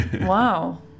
wow